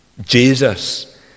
Jesus